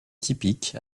typique